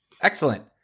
Excellent